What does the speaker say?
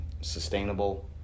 sustainable